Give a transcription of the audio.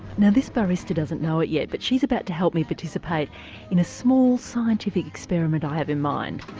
now this barista doesn't know it yet but she's about to help me participate in a small scientific experiment i have in mind.